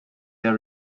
were